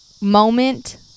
moment